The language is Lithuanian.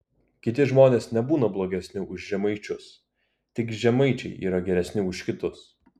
kiti žmonės nebūna blogesni už žemaičius tik žemaičiai yra geresni už kitus